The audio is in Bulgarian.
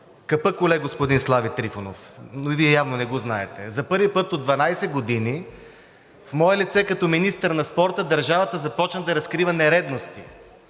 Капъкуле, господин Слави Трифонов, но Вие явно не го знаете. За първи път от 12 години в мое лице като министър на спорта държавата започна да разкрива нередности.